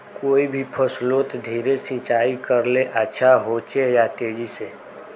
कोई भी फसलोत धीरे सिंचाई करले अच्छा होचे या तेजी से?